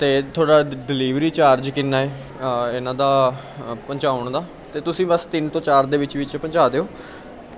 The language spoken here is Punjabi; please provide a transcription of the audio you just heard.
ਅਤੇ ਤੁਹਾਡਾ ਡ ਡਿਲੀਵਰੀ ਚਾਰਜ ਕਿੰਨਾ ਹੈ ਇਹਨਾਂ ਦਾ ਪਹੁੰਚਾਉਣ ਦਾ ਅਤੇ ਤੁਸੀਂ ਬਸ ਤਿੰਨ ਤੋਂ ਚਾਰ ਦੇ ਵਿੱਚ ਵਿੱਚ ਪਹੁੰਚਾ ਦਿਓ